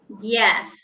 Yes